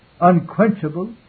unquenchable